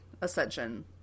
ascension